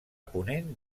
ponent